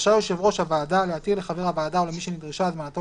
רשאי יושב ראש הוועדה להתיר לחבר הוועדה או למי שנדרשה הזמנתו